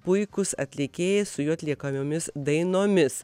puikūs atlikėjai su jų atliekamomis dainomis